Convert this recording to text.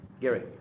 Gary